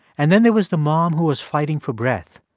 and then there was the mom who was fighting for breath,